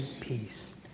peace